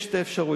יש שתי אפשרויות,